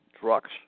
trucks